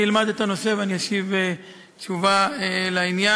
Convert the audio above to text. אני אלמד את הנושא, ואני אשיב תשובה לעניין.